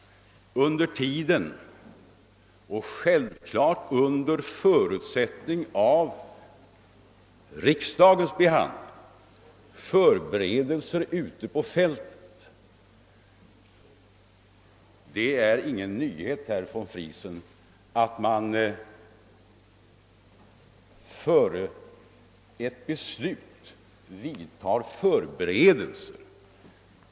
Under tiden och självfallet under förutsättning av riksdagens beslut vidtogs förberedelser ute på fältet. Det är ingen nyhet att man före ett beslut vidtar förberedelser.